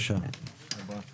התיקון הבא הוא בסעיף 62א, בפסקה (5).